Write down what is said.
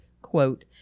quote